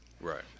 Right